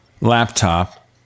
laptop